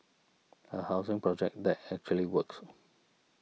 a housing project that actually works